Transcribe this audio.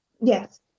Yes